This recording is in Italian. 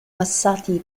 passati